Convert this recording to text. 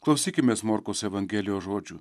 klausykimės morkaus evangelijos žodžių